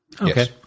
Okay